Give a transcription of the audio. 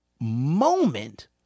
Moment